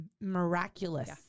miraculous